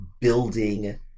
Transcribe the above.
building